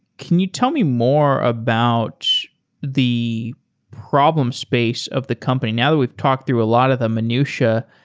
can you tell me more about the problem space of the company? now that we've talked through a lot of the minutia,